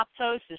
apoptosis